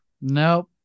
Nope